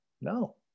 No